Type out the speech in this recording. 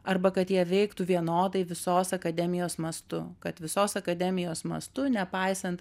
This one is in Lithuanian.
arba kad jie veiktų vienodai visos akademijos mastu kad visos akademijos mastu nepaisant